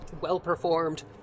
well-performed